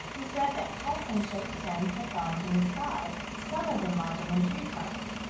who said that cut and shaped stones had fallen from the sky, some of them lodging in tree trunks.